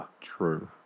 True